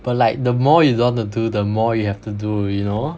but like the more you don't want to do the more you have to do you know